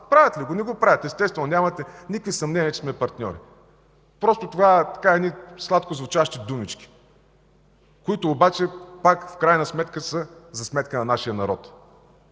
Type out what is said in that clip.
Правят ли го? Не го правят, естествено. Нямате никакви съмнения, че сме партньори. Просто това са едни сладко звучащи думички, които обаче пак в крайна сметка са за сметка за нашия народ.